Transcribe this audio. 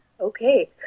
Okay